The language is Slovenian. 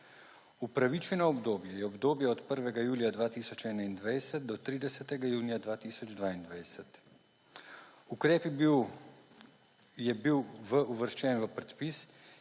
Opravičeno obdobje je obdobje od 1. julija 2021 do 30. junija 2022. Ukrep je bil uvrščen v predpis,